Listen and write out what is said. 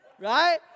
Right